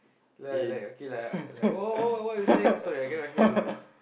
like like okay like like what what what what you say again sorry I cannot hear ah bro